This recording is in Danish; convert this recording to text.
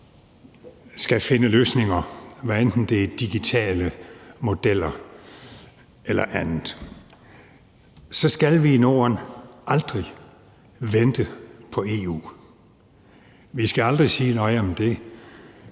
skal finde løsninger, hvad enten det er digitale modeller eller andet, skal vi i Norden aldrig vente på EU. Vi skal aldrig sige: Nå ja, men det